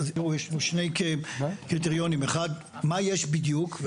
תראו, יש כאן שני קריטריונים: אחד מה יש בדיוק.